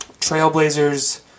Trailblazers